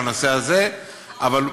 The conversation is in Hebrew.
נורית קורן שהיא כבר העלתה את הנושא הזה בקיץ,